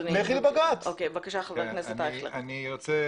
אני רוצה